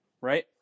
right